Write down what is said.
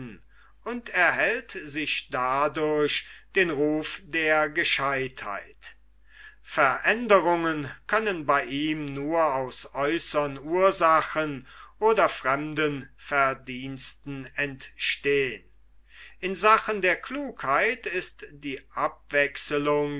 und erhält sich dadurch den ruf der gescheutheit veränderungen können bei ihm nur aus äußern ursachen oder fremden verdiensten entstehn in sachen der klugheit ist die abwechselung